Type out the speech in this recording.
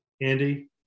Andy